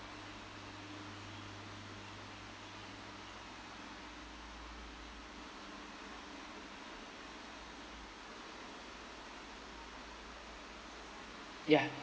ya